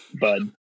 bud